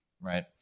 Right